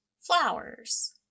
flowers